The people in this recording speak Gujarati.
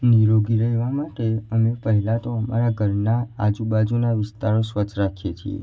નીરોગી રહેવા માટે અમે પહેલાં તો અમારાં ઘરના આજુબાજુના વિસ્તારો સ્વચ્છ રાખીએ છીએ